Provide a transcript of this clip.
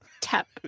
tap